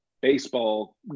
baseball